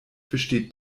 besteht